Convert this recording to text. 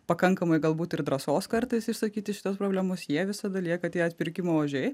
pakankamai galbūt ir drąsos kartais išsakyti šitos problemos jie visada lieka tie atpirkimo ožiai